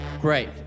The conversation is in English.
Great